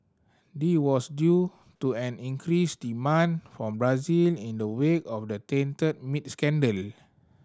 this was due to an increased demand from Brazil in the wake of a tainted meat scandal